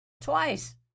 Twice